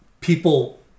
people